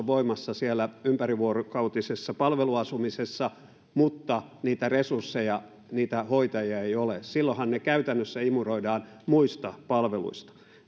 voimassa siellä ympärivuorokautisessa palveluasumisessa mutta niitä resursseja niitä hoitajia ei ole silloinhan ne käytännössä imuroidaan muista palveluista